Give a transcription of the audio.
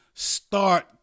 start